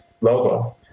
logo